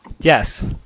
Yes